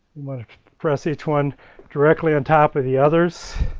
want to press each one directly on top of the others.